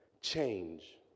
Change